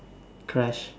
crash